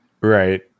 Right